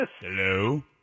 Hello